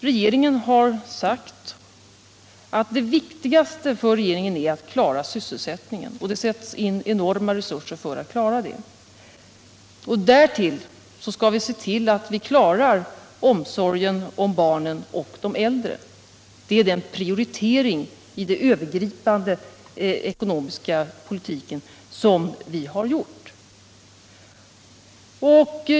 Regeringen har sagt att det viktigaste nu är att klara sysselsättningen, och det sätts in enorma resurser för det ändamålet. Därtill skall vi se till att vi klarar omsorgen om barnen och de äldre. Det är den prioritering i den övergripande ekonomiska politiken som vi har gjort.